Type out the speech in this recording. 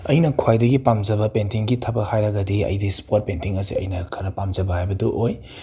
ꯑꯩꯅ ꯈ꯭ꯋꯥꯏꯗꯒꯤ ꯄꯥꯝꯖꯕ ꯄꯦꯟꯇꯤꯡꯒꯤ ꯊꯥꯕꯛ ꯍꯥꯏꯔꯒꯗꯤ ꯑꯩꯗꯤ ꯁ꯭ꯄꯣꯠ ꯄꯦꯟꯇꯤꯡ ꯑꯁꯤ ꯑꯩꯅ ꯈꯔ ꯄꯥꯝꯖꯕ ꯍꯥꯏꯕꯗꯨ ꯑꯣꯏ